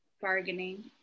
bargaining